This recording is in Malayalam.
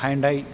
ഹയണ്ടായി